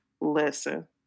Listen